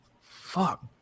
Fuck